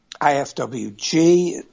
IFWG